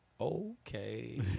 okay